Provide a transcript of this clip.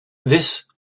this